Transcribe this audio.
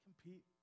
compete